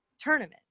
tournament